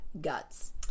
guts